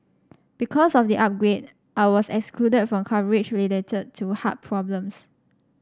because of the upgrade I was excluded from coverage related to heart problems